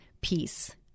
peace